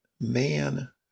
man